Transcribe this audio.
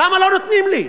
למה לא נותנים לי?